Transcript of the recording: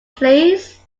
please